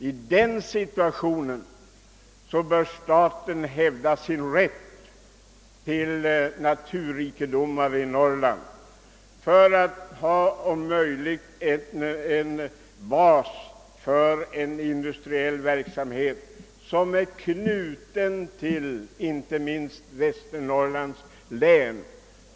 I den situationen bör staten hävda sin rätt till naturrikedomarna i Norrland för att ha en bas för industriell verksamhet inte minst i Västernorrlands län.